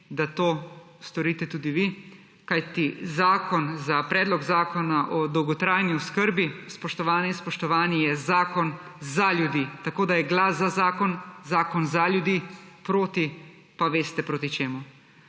da to storite tudi vi, kajti Predlog zakona o dolgotrajni oskrbi, spoštovane in spoštovani, je zakon za ljudi. Tako je glas za zakon zakon za ljudi, proti pa veste, proti čemu.